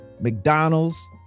McDonald's